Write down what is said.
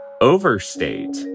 overstate